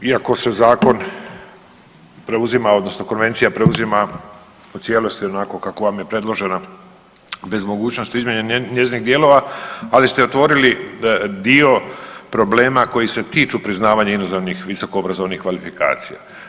Iako se zakon preuzima odnosno konvencija preuzima u cijelosti onako kako vam je predložena bez mogućnosti izmjene njezinih dijelova, ali ste otvorili dio problema koji se tiču priznavanja inozemnih visoko obrazovnih kvalifikacija.